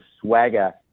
swagger